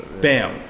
bam